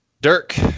Dirk